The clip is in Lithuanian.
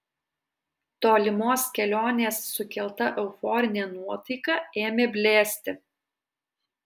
tolimos kelionės sukelta euforinė nuotaika ėmė blėsti